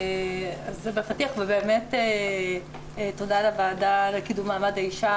זה בפתיח ותודה לוועדה לקידום מעמד האישה